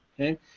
okay